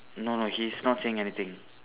no no he's not saying anything